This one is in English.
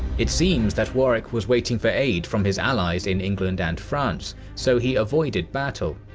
it seems that warrick was waiting for aid from his allies in england and france, so he avoided battle,